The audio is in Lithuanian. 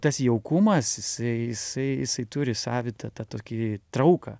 tas jaukumas jisai jisai jisai turi savitą tą tokį trauką